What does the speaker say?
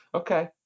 Okay